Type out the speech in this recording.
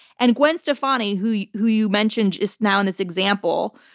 and gwen stefani, who who you mentioned just now in this example,